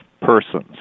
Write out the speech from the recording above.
persons